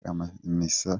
amamesa